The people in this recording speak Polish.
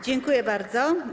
Dziękuję bardzo.